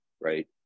right